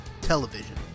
television